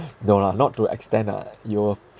no lah not to extent ah you will